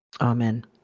Amen